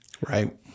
Right